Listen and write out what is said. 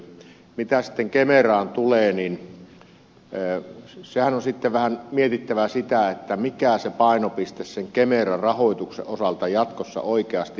mitä sitten kemeraan tuleen niin onhan sitten vähän mietittävä sitä mikä se painopiste sen kemera rahoituksen osalta jatkossa oikeasti on